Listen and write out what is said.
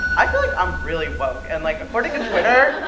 i feel like um really woke. and like, according to twitter,